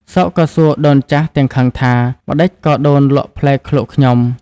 សុខក៏សួរដូនចាស់ទាំងខឹងថា “ម្តេចក៏ដូនលក់ផ្លែឃ្លោកខ្ញុំ?”។